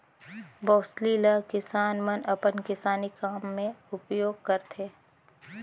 बउसली ल किसान मन अपन किसानी काम मे उपियोग करथे